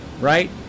right